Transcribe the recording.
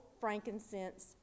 frankincense